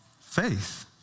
faith